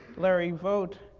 larry vote,